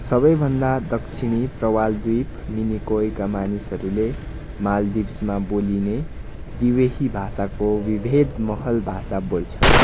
सबैभन्दा दक्षिणी प्रवालद्वीप मिनिकोयका मानिसहरूले माल्दिभ्समा बोलिने दिवेही भाषाको विभेद महल भाषा बोल्छन्